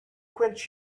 quench